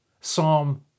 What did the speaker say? Psalm